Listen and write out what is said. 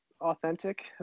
authentic